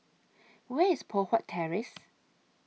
Where IS Poh Huat Terrace